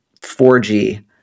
4g